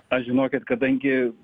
aš žinokit kadangi